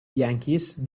yankees